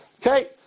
Okay